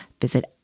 visit